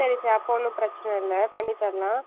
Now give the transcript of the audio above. சரி சரி அப்போ ஒன்றும் பிரச்சினை இல்லை பண்ணித் தரலாம்